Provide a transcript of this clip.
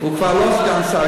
הוא כבר לא סגן שר.